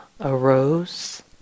arose